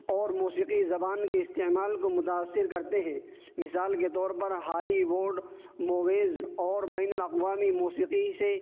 اور موسیقی زبان کے استعمال کو متاثر کرتے ہیں مثال کے طور پر ہالی ووڈ موویز اور بین الاقوامی موسیقی سے